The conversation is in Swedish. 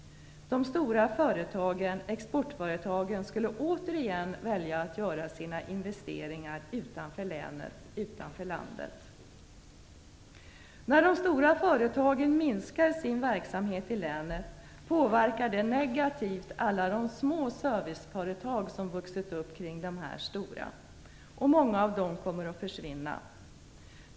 De stora företagen, exportföretagen, skulle återigen välja att göra sina investeringar utanför länet, utanför landet. När de stora företagen minskar sin verksamhet i länet, påverkar det negativt alla de små serviceföretag som vuxit upp kring de stora företagen. Många av dem kommer att försvinna.